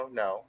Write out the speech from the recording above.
no